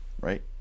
Right